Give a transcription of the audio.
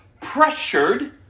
pressured